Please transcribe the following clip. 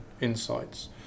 insights